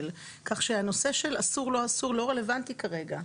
כך שהנושא של אסור או לא אסור לא רלוונטי כרגע.